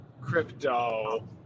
Crypto